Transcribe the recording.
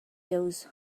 those